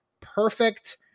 perfect